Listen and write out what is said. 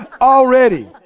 Already